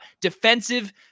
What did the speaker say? defensive